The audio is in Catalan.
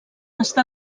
està